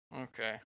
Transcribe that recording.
Okay